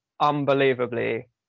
unbelievably